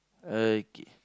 okay